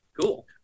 Cool